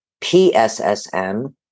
PSSM